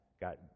got